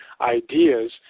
ideas